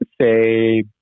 say